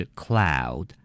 cloud